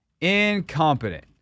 Incompetent